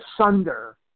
asunder